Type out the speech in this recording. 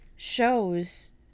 shows